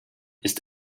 ist